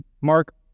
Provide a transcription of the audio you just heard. Mark